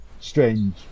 strange